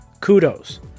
Kudos